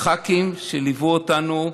לח"כים שליוו אותנו: